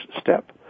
step